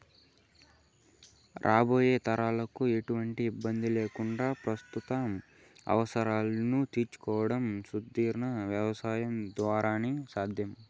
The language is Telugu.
రాబోయే తరాలకు ఎటువంటి ఇబ్బంది లేకుండా ప్రస్తుత అవసరాలను తీర్చుకోవడం సుస్థిర వ్యవసాయం ద్వారానే సాధ్యం